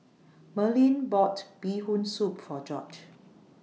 Merlyn bought Bee Hoon Soup For George